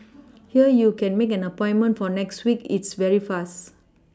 here you can make an appointment for next week it's very fast